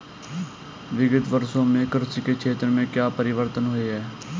विगत वर्षों में कृषि के क्षेत्र में क्या परिवर्तन हुए हैं?